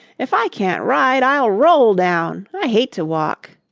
if i can't ride i'll roll down. i hate to walk.